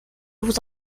vous